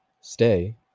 stay